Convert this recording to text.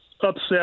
upset